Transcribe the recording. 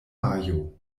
majo